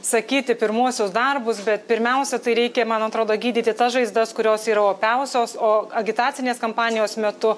sakyti pirmuosius darbus bet pirmiausia tai reikia man atrodo gydyti tas žaizdas kurios yra opiausios o agitacinės kampanijos metu